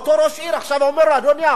עכשיו אומרת לאותו ראש עיר: אדוני,